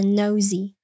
nosy